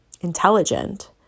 intelligent